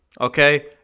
okay